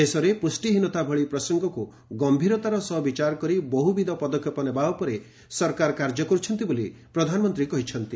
ଦେଶରେ ପୁଷ୍ଟିହୀନତା ଭଳି ପ୍ରସଙ୍ଗକୁ ଗମ୍ଭୀରତାର ସହ ବିଚାର କରି ବହୁବିଧ ପଦକ୍ଷେପ ନେବା ଉପରେ ସରକାର କାର୍ଯ୍ୟ କରୁଛନ୍ତି ବୋଲି ପ୍ରଧାନମନ୍ତ୍ରୀ କହିଛନ୍ତି